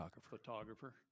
photographer